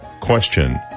question